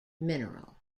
mineral